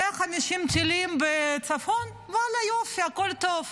150 טילים לצפון, ואללה, יופי, הכול טוב.